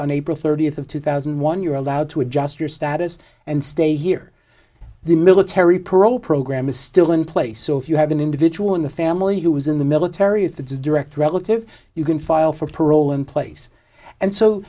on april thirtieth of two thousand and one you're allowed to adjust your status and stay here the military parole program is still in place so if you have an individual in the family who is in the military if it's a direct relative you can file for parole in place and so